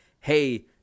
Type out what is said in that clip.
hey